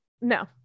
No